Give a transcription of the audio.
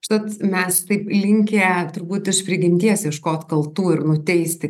užtat mes taip linkę turbūt iš prigimties ieškot kaltų ir nuteisti